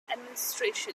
administration